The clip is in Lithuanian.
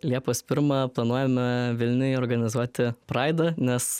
liepos pirmą planuojame vilniuj organizuoti praidą nes